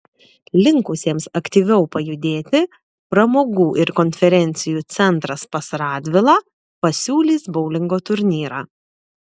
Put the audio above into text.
linkusiems aktyviau pajudėti pramogų ir konferencijų centras pas radvilą pasiūlys boulingo turnyrą